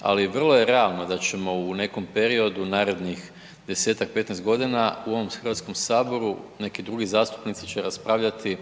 ali vrlo je realno da ćemo u nekom periodu narednih 10-15 godina u ovom Hrvatskom saboru neki drugi zastupnici će raspravljati